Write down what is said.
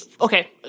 Okay